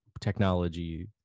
technology